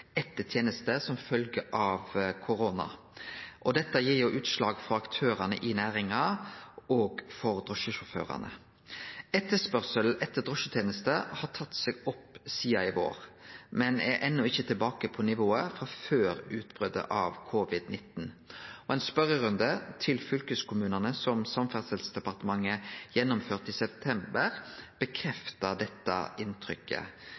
etter tenester som følge av korona. Dette gir utslag for aktørane i næringa, òg for drosjesjåførane. Etterspurnaden etter drosjetenester har tatt seg opp sidan i vår, men er enno ikkje tilbake på nivået frå før utbrotet av covid-19. Ein spørjerunde til fylkeskommunane som Samferdselsdepartementet gjennomførte i september, bekrefta dette inntrykket.